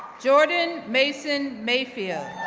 jordan mason mayfield,